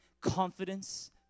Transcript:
confidence